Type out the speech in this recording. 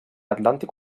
atlàntic